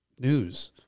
news